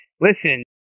listen